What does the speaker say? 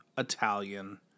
Italian